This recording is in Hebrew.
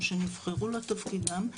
שנבחרו לתפקידם.